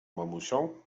mamusią